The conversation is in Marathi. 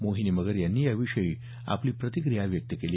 मोहिनी मगर यांनी या विषयी या आपली प्रतिक्रिया व्यक्त केली